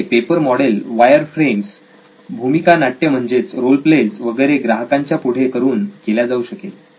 हे paper model wireframes भूमिकानाट्य म्हणजेच रोल प्लेज वगैरे ग्राहकांच्या पुढे करून केल्या जाऊ शकेल